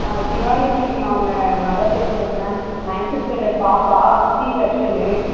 ஆ ஷிவானி அவங்க மதர் பேசுகிறேங் ma'am ninth standard பாப்பா சீ செக்ஷனு